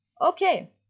Okay